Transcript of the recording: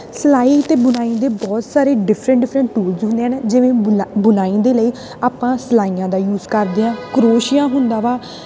ਸਿਲਾਈ ਅਤੇ ਬੁਣਾਈ ਦੇ ਬਹੁਤ ਸਾਰੇ ਡਿਫਰੈਂਟ ਡਿਫਰੈਂਟ ਟੂਲਸ ਹੁੰਦੇ ਹਨ ਜਿਵੇਂ ਬੁਣਾ ਬੁਣਾਈ ਦੇ ਲਈ ਆਪਾਂ ਸਿਲਾਈਆਂ ਦਾ ਯੂਜ ਕਰਦੇ ਹਾਂ ਕਰੋਸ਼ੀਆ ਹੁੰਦਾ ਵਾ